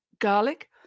garlic